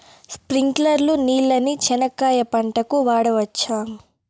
స్ప్రింక్లర్లు నీళ్ళని చెనక్కాయ పంట కు వాడవచ్చా?